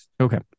okay